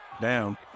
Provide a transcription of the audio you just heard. Down